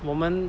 我们